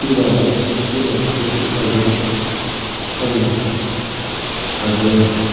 गोमागोन गोमासिगोन होनानै आं सानो आरो